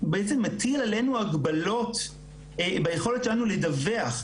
בעצם מטיל עלינו הגבלות ביכולת שלנו לדווח.